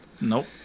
Nope